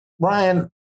Ryan